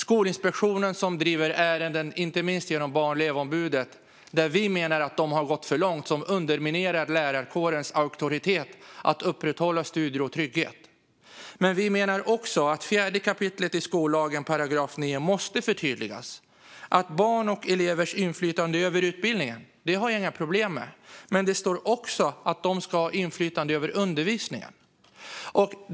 Skolinspektionen driver ärenden, inte minst genom Barn och elevombudet. Vi menar att man har gått för långt och underminerar lärarkårens auktoritet när det gäller att upprätthålla studiero och trygghet. Vi menar också att 4 kap. 9 § skollagen måste förtydligas. Att barn och elever ska ges inflytande över utbildningen har jag inga problem med. Men det står också att de ska ha inflytande över undervisningen.